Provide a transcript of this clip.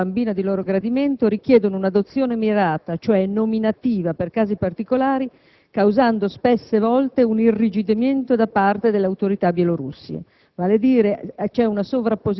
una volta conosciuto un bambino o una bambina di loro gradimento, richiedono un'adozione mirata, cioè nominativa per casi particolari, causando spesso un irrigidimento da parte delle autorità bielorusse.